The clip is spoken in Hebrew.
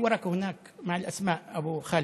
(אומר בערבית: יש נייר מודפס עם השמות, אבו חאלד.)